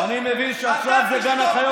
מי אתה בכלל?